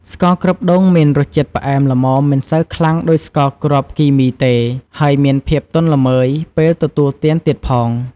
ស្ករគ្រាប់ដូងមានរសជាតិផ្អែមល្មមមិនសូវខ្លាំងដូចស្ករគ្រាប់គីមីទេ ហើយមានភាពទន់ល្មើយពេលទទួលទានទៀតផង។